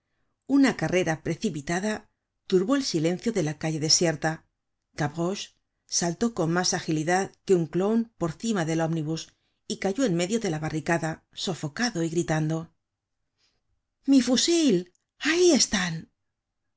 una carrera precipitada turbó el silencio de la calle desierta gavroche saltó con mas agilidad que un clown por cima del omnibus y cayó en medio de la barricada sofocado y gritando mi fusil ahí están